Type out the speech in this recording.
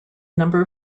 number